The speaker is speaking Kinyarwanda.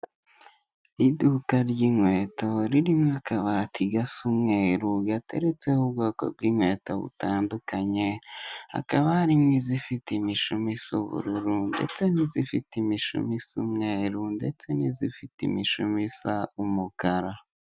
Iduka ry'inkweto ririmo akabati gasa umweru, gateretseho ubwoko bw'inkweto butandukanye, hakaba harimo izifite imishumi isa ubururu ndetse n'izifite imishumi isa umweru ndetse n'izifite imishumi isa umukara.